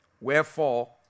Wherefore